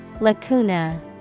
Lacuna